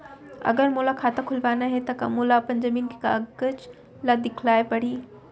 अगर मोला खाता खुलवाना हे त का मोला अपन जमीन के कागज ला दिखएल पढही?